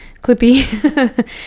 clippy